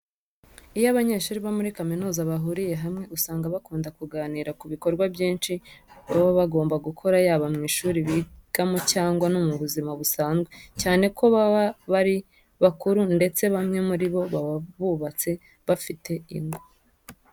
Iyo abanyeshuri bo muri kaminuza bahuriye hamwe usanga bakunda kuganira ku bikorwa byinshi baba bagomba gukora yaba mu ishuri bigamo cyangwa no mu buzima busanzwe cyane ko baba ari bakuru ndetse bamwe muri bo baba bubatse bafite ingo.